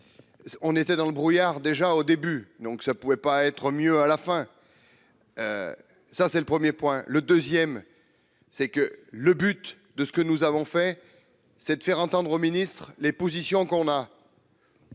on était dans le brouillard, déjà au début donc ça pouvait pas être mieux à la fin, ça c'est le 1er point le 2ème, c'est que le but de ce que nous avons fait, c'est de faire entendre au ministre les positions qu'on a.